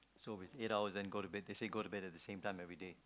so with eight hours and then go to bed they say go to bed at the same time everyday